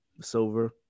Silver